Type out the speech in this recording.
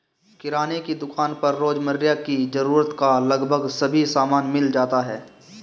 किराने की दुकान पर रोजमर्रा की जरूरत का लगभग सभी सामान मिल जाता है